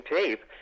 tape